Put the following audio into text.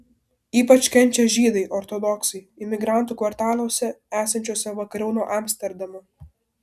ypač kenčia žydai ortodoksai imigrantų kvartaluose esančiuose vakariau nuo amsterdamo